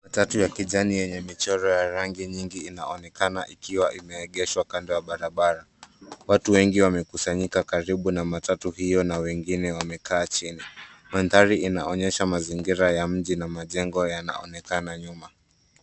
Matatu ya kijani yenye michoro ya rangi nyingi inaonekana ikiwa imeegeshwa kando ya barabara .Watu wengi wamekusanyika karibu na matatu hiyo na wengine wamekaa chini. Mandhari inaonyesha mazingira ya mji na majengo yanaonekana nyuma.